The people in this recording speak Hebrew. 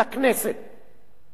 אני אתן לכם סקירה קצרה